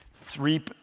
three